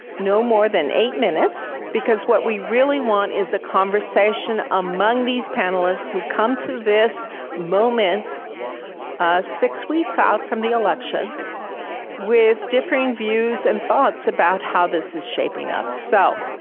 no more than eight minutes, because what we really want is a conversation among these panelists who come to this moment six weeks out from the election with differing views and thoughts about how this is shaping up. so.